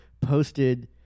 posted